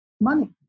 Money